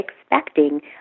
expecting